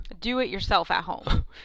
Do-it-yourself-at-home